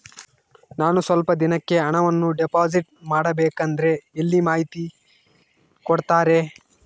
ನಾನು ಸ್ವಲ್ಪ ದಿನಕ್ಕೆ ಹಣವನ್ನು ಡಿಪಾಸಿಟ್ ಮಾಡಬೇಕಂದ್ರೆ ಎಲ್ಲಿ ಮಾಹಿತಿ ಕೊಡ್ತಾರೆ?